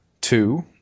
Two